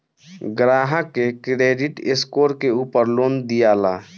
ग्राहक के credit score के उपर लोन दियाला